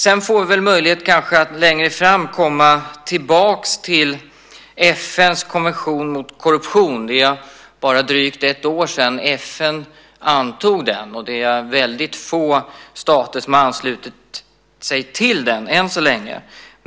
Vi får kanske möjlighet att längre fram komma tillbaka till FN:s konvention mot korruption. Det är bara drygt ett år sedan FN antog den, och det är väldigt få stater som har anslutit sig till den än så länge.